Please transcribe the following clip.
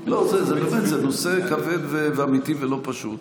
זה באמת נושא כבד ואמיתי ולא פשוט.